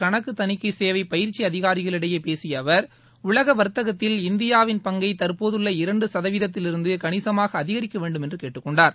கணக்கு தணிக்கை சேவை பயிற்சி அதிகாரிகளிடையே பேசிய அவர் உலக வர்த்தகத்தில் இந்தியாவின் பங்கை தற்போதுள்ள இரண்டு சகதவீதத்திலிருந்து கணிசமாக அதிகரிக்க வேண்டுமென்று கேட்டுக் கொண்டார்